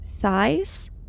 thighs